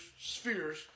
spheres